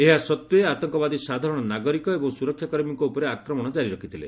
ଏହା ସତ୍ୱେ ଆତଙ୍କବାଦୀ ସାଧାରଣ ନାଗରିକ ଏବଂ ସୁରକ୍ଷା କର୍ମୀଙ୍କ ଉପରେ ଆକ୍ରମଣ ଜାରି ରଖିଥିଲେ